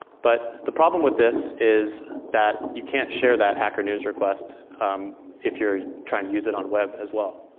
but the problem with this is that you can't share that hacker news request if you're trying to use it on web as well.